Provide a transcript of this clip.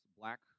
black